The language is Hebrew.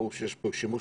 ברור שיש פה שימוש